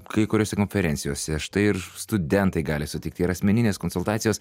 kai kuriose konferencijose štai ir studentai gali sutikti ir asmeninės konsultacijos